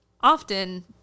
often